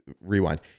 rewind